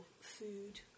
food